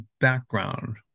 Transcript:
background